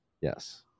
Yes